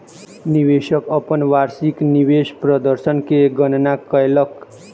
निवेशक अपन वार्षिक निवेश प्रदर्शन के गणना कयलक